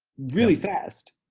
really fast.